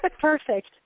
Perfect